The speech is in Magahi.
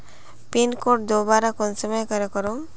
पिन कोड दोबारा कुंसम करे करूम?